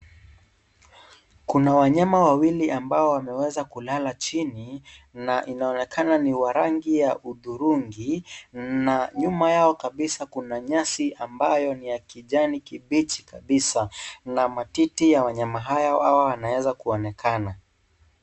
Kuna wanyama wawili ambao wameweza kulala chini na inaonekana ni wa rangi ya hudhurungi, na nyuma yao kabisa kuna nyasi ambayo ni ya kijani kibichi kabisa. Na matiti ya wanyama hawa yanaweza kuonekana.